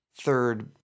third